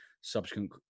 subsequent